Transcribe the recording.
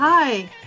Hi